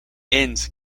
inns